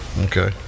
Okay